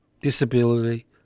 disability